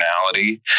personality